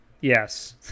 yes